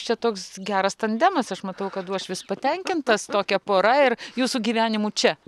čia toks geras tandemas aš matau kad uošvis patenkintas tokia pora ir jūsų gyvenimu čia